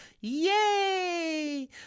yay